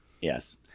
Yes